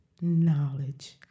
knowledge